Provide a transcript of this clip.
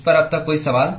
इस पर अब तक कोई सवाल